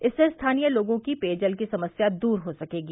इससे स्थानीय लोगों की पेयजल की समस्या द्र हो सकेगी